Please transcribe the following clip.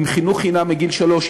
עם חינוך חינם מגיל שלוש,